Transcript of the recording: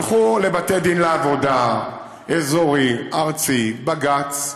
הלכו לבתי דין לעבודה אזורי, ארצי, בג"ץ,